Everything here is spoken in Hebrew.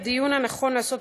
את הדיון נכון לעשות,